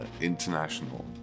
international